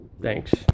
thanks